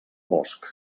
bosch